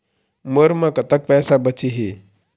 मोर म कतक पैसा बचे हे?